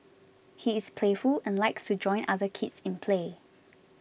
he is playful and likes to join other kids in play